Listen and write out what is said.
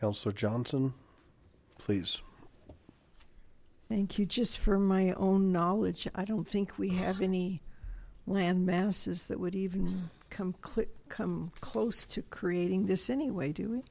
kill so johnson please thank you just for my own knowledge i don't think we have any landmasses that would even come close come close to creating this anyway do we